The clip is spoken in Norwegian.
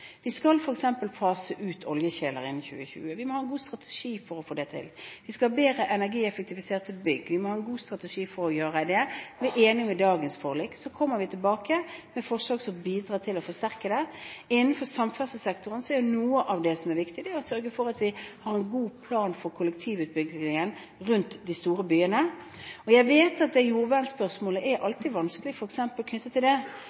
Vi skal f.eks. fase ut oljekjeler innen 2020. Vi må ha en god strategi for å få det til. Vi skal ha bedre energieffektive bygg. Vi må ha en god strategi for å gjøre det. Det er vi enige om i dagens forlik. Så kommer vi tilbake med forslag som bidrar til å forsterke det. Innenfor samferdselssektoren er noe av det som er viktig, å sørge for at vi har en god plan for kollektivutbyggingen rundt de store byene. Jeg vet at jordvernspørsmålet alltid er vanskelig f.eks. knyttet til det.